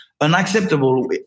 unacceptable